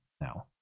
now